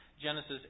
Genesis